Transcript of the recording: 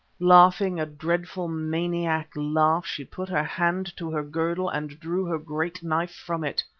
laughing a dreadful maniac laugh she put her hand to her girdle and drew her great knife from it.